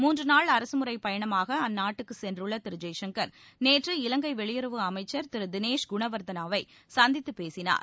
மூன்று நாள் அரசுமுறை பயணமாக அந்நாட்டுக்கு சென்றுள்ள திரு ஜெய்சங்கர் நேற்று இலங்கை வெளியுறவு அமைச்சர் திரு தினேஷ் குணவர்த்தனாவை சந்தித்து பேசினார்